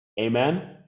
amen